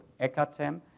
ECATEM